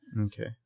Okay